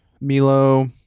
Milo